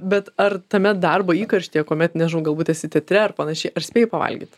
bet ar tame darbo įkarštyje kuomet nežinau galbūt esi teatre ar panašiai ar spėji pavalgyt